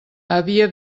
havia